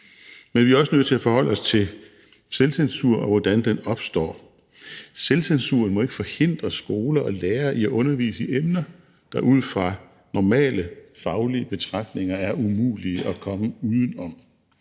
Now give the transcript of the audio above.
Men vi er også nødt til at forholde os til selvcensur, og hvordan den opstår. Selvcensur må ikke forhindre skoler og lærere i at undervise i emner, der ud fra normale faglige betragtninger er umulige at komme uden om.